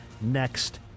next